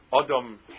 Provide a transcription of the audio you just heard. Adam